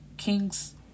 Kings